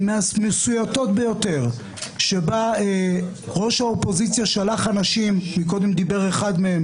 מי שיעמוד בסוף למשפט יהיה היועמ"ש והפרקליטות ואחרים.